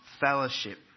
fellowship